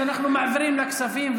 אז אנחנו מעבירים לכספים,